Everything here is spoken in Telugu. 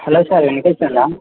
హలో సార్ వినిపిస్తుందా